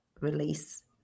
release